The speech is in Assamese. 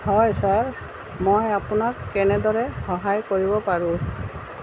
হয় ছাৰ মই আপোনাক কেনেদৰে সহায় কৰিব পাৰোঁ